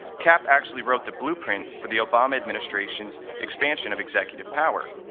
cap actually wrote the blueprint for the obama administration's expansion of executive power.